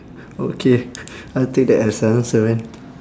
okay I'll take that as a answer man